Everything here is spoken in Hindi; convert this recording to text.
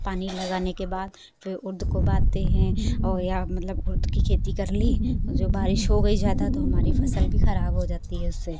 पानी लगाने के बाद तो उर्द को डालते हैं और या मतलब उर्द की खेती कर ली जो बारिश हो गई ज़्यादा तो हमारी फसल भी खराब हो जाती है उससे